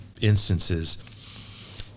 instances